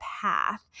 Path